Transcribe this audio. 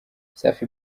safi